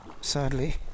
sadly